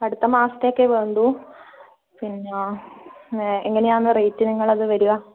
അടുത്ത മാസത്തേക്കേ വേണ്ടൂ പിന്ന എങ്ങനെയാണ് റേറ്റ് നിങ്ങളത് വരിക